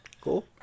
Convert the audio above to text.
Cool